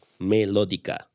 Melódica